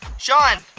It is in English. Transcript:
sean.